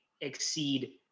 exceed